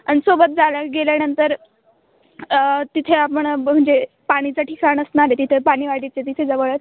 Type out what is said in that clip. आणि सोबत झाल्या गेल्यानंतर तिथे आपण ब म्हणजे पाणीचं ठिकाण असणार आहे तिथे पाणीवाडीच्या तिथे जवळच